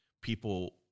people